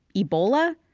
ebola,